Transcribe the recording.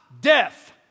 death